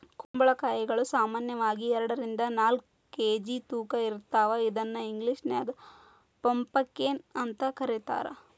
ಕುಂಬಳಕಾಯಿಗಳು ಸಾಮಾನ್ಯವಾಗಿ ಎರಡರಿಂದ ನಾಲ್ಕ್ ಕೆ.ಜಿ ತೂಕ ಇರ್ತಾವ ಇದನ್ನ ಇಂಗ್ಲೇಷನ್ಯಾಗ ಪಂಪಕೇನ್ ಅಂತ ಕರೇತಾರ